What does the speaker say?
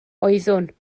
oeddwn